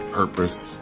purpose